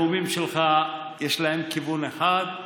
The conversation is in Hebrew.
לנאומים שלך יש כיוון אחד,